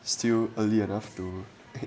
still early enough to